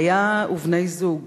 והיה ובני-זוג,